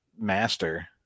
master